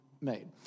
made